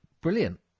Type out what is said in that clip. brilliant